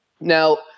Now